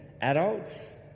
Adults